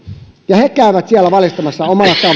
he käyvät siellä valistamassa omalla tavallaan